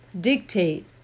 dictate